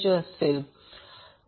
त्याचप्रमाणे या फेजसाठी VBNIb असेल